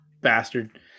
bastard